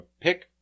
pick